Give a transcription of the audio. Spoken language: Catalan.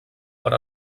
per